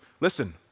listen